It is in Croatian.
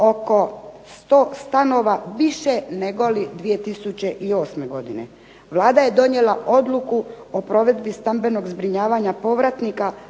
oko 100 stanova više negoli 2008. godine. Vlada je donijela odluku o provedbi stambenog zbrinjavanja povratnika